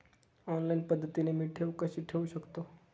Online पद्धतीने मी ठेव कशी ठेवू शकतो?